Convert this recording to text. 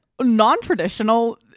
non-traditional